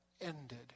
ended